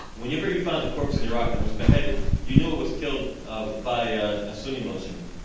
whenever you find a corpse in iraq that was beheaded, you knew it was killed um by ah a sunni militiaman.